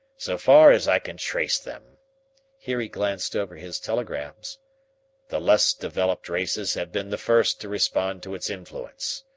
so far as i can trace them here he glanced over his telegrams the less developed races have been the first to respond to its influence.